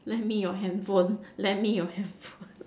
lend me your handphone lend me your handphone